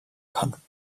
kann